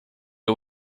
uma